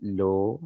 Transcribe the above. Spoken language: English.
low